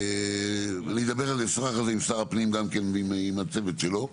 אני אדבר על זה עם שר הפנים ועם הצוות שלו.